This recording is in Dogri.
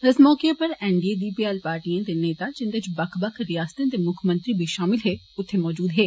इस मौके उप्पर एन डी ए दी भ्याल पार्टिएं दे नेता जिन्दे इच बक्ख बक्ख रियासते दे मुक्ख मंत्री बी शामिल हे उत्थे मौजूद हे